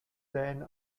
then